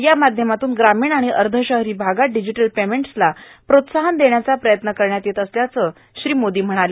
या माध्यमातून ग्रामीण आणि अर्धशहरी भागात डिजिटल पेमेंट्सला प्रोत्साहन देण्याचा प्रयत्न करण्यात येत असल्याचं श्री मोदी म्हणाले